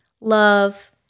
love